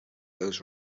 those